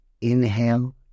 inhale